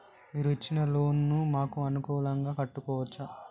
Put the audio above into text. మీరు ఇచ్చిన లోన్ ను మాకు అనుకూలంగా కట్టుకోవచ్చా?